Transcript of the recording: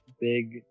big